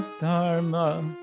Dharma